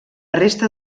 resta